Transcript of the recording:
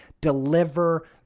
deliver